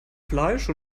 fleisch